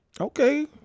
Okay